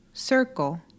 Circle